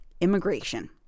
immigration